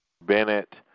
Bennett